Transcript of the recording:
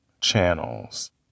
channels